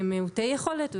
מיעוטי יכולת.